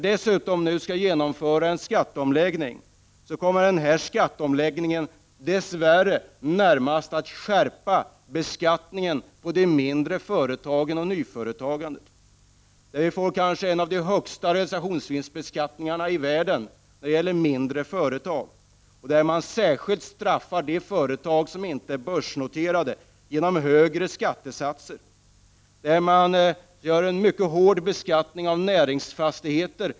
Dessutom kommer den förestående skatteomläggningen dess värre att skärpa beskattningen av de mindre företagen och av nyföretagandet. Vi får kanske en av de högsta realisationsvinstbeskattningarna i världen när det gäller de mindre företagen. Särskilt kommer de icke börsnoterade företagen att straffas genom högre skattesatser än för andra företag. Det blir vidare en mycket hård beskattning av småföretagens näringsfastigheter.